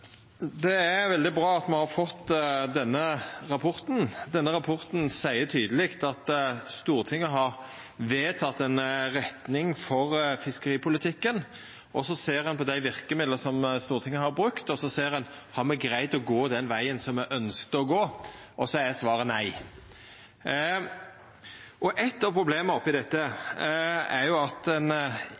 veldig bra at me har fått denne rapporten. Denne rapporten seier tydeleg at Stortinget har vedteke ei retning for fiskeripolitikken, ein ser på dei verkemidla som Stortinget har brukt, om me har greidd å gå den vegen som me ønskte å gå – og så er svaret nei. Eit av problema oppe i dette er at ein